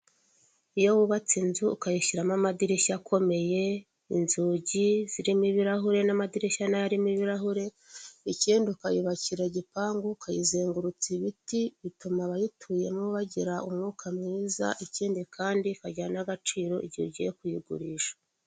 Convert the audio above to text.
Iyo wubatse inzu ukayishyiramo amadirishya akomeye, inzugi zirimo ibirahure n'amadirishya nayo arimo ibirahure, ikindi ukayubakira igipangu ukayizengurutsa ibiti, bituma abayituyemo bagira umwuka mwiza ikindi kandi, ikagira n'agaciro igihe ugiye kuyigurisha.